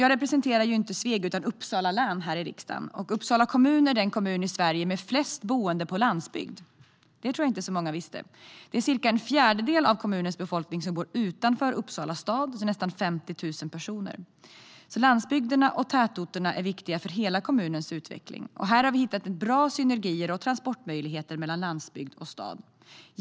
Jag representerar inte Sveg utan Uppsala län här i riksdagen. Att Uppsala kommun är den kommun i Sverige med flest boende på landsbygd tror jag inte att så många visste. Cirka en fjärdedel av kommunens befolkning, alltså nästan 50 000 personer, bor utanför Uppsala stad. Landsbygderna och tätorterna är alltså viktiga för hela kommunens utveckling, och här har vi hittat bra synergier och transportmöjligheter mellan landsbygd och stad.